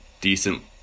decent